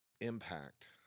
impact